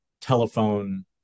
telephone